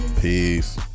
Peace